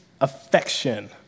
affection